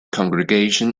congregation